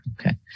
Okay